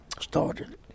Started